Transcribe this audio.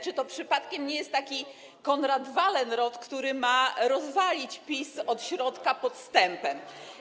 Czy to przypadkiem nie jest taki Konrad Wallenrod, który ma rozwalić PiS od środka podstępem?